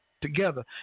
together